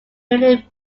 newly